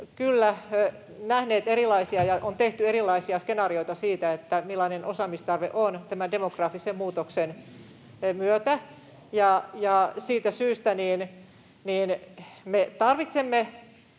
kyllä nähneet erilaisia, ja on tehty erilaisia, skenaarioita siitä, millainen osaamistarve on tämän demografisen muutoksen myötä, ja siitä syystä me tarvitsemme